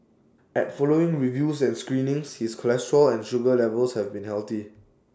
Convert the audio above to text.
at following reviews and screenings his cholesterol and sugar levels have been healthy